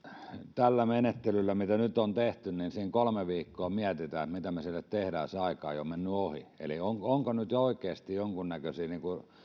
tällä menettelyllä mitä nyt on tehty se kolme viikkoa mietitään että mitä me sille tehdään jolloin se aika on jo mennyt ohi eli onko onko nyt oikeasti jo jonkunnäköisiä